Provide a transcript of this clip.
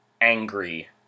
angry